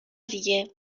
دیگه